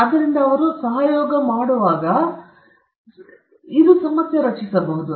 ಆದ್ದರಿಂದ ಅವರು ಸಹಯೋಗ ಮಾಡುವಾಗ ಇದು ಸಮಸ್ಯೆ ರಚಿಸಬಹುದು